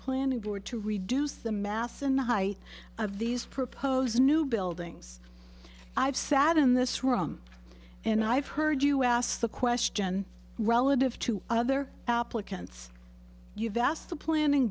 planning board to reduce the mass in the height of these proposed new buildings i've sat in this room and i've heard you asked the question relative to other applicants you vast the planning